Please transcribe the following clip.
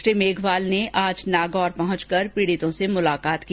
श्री मेघवाल ने आज नागौर पहुंचकर पीड़ितों से मुलाकात की